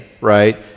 right